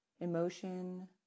emotion